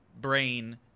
brain